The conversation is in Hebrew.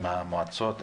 עם המועצות,